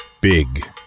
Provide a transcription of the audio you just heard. big